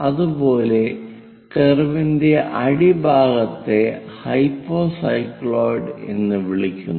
അതുപോലെ കർവിന്റെ അടിഭാഗത്തെ ഹൈപ്പോസൈക്ലോയിഡ് എന്ന് വിളിക്കുന്നു